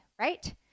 right